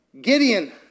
Gideon